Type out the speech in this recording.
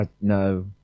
No